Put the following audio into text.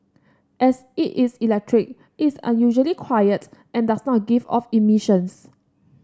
as it is electric it's unusually quiet and does not give off emissions